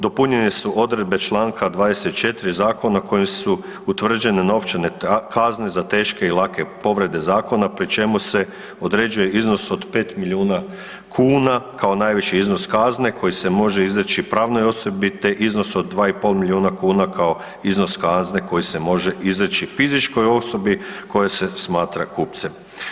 Dopunjene su odredbe čl. 24. zakona kojim su utvrđene novčane kazne za teške i lake povrede zakona pri čemu se određuje iznos od 5 milijuna kuna kao najviši iznos kazne koji se može izreći pravnoj osobi, te iznos od 2,5 milijuna kuna kao iznos kazne koji se može izreći fizičkoj osobi koja se smatra kupcem.